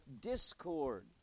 discord